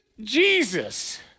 Jesus